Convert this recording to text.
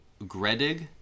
Gredig